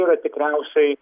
yra tikriausiai